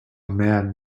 man